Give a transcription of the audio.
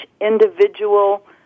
individual